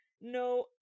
no